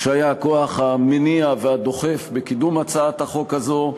שהיה הכוח המניע והדוחף בקידום הצעת החוק הזאת,